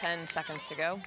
ten seconds to go